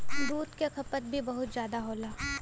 दूध क खपत भी बहुत जादा होला